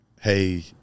hey